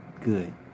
Good